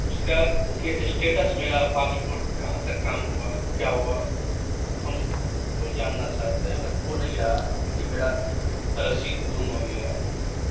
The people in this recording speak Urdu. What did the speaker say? اس کا کہ اسٹیٹس میرا پاسپورٹ کہاں تک کام ہوا کیا ہوا ہم وہ جاننا چاہتے ہیں اگر وہ نہیں رہا کیونکہ میرا رسید گم ہو گیا